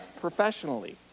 professionally